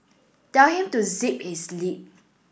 tell him to zip his lip